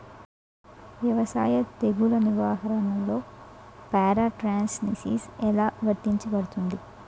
వ్యవసాయ తెగుళ్ల నిర్వహణలో పారాట్రాన్స్జెనిసిస్ఎ లా వర్తించబడుతుంది?